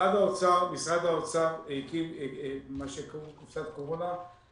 משרד האוצר הקים מה שקרוי קופסת קורונה.